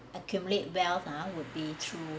accumulate wealth ah would be through